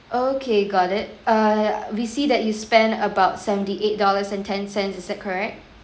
okay got it uh we see that you spend about seventy eight dollars and ten cents is that correct